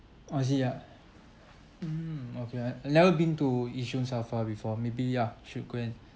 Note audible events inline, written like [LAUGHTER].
oh is it ah mm okay I I never been to yishun SAFRA before maybe yeah should go and [BREATH]